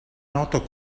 noto